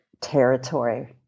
territory